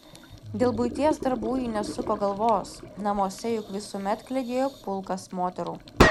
dėl buities darbų ji nesuko galvos namuose juk visuomet klegėjo pulkas moterų